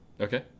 okay